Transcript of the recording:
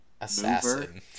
Assassin